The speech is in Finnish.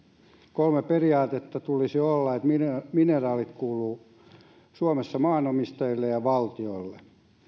kolme periaatetta tulisi olla että mineraalit kuuluvat suomessa maanomistajille ja valtiolle näin